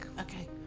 okay